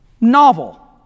novel